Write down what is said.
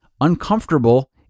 uncomfortable